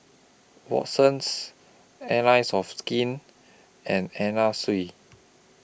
Watsons Allies of Skin and Anna Sui